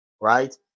right